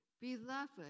Beloved